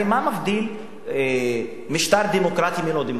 הרי מה מבדיל משטר דמוקרטי מלא דמוקרטי?